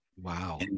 wow